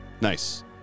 Nice